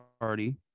party